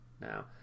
Now